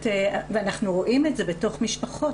ואנחנו רואים את זה בתוך משפחות,